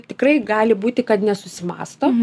tikrai gali būti kad nesusimąsto